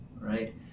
right